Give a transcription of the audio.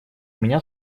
меня